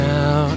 Now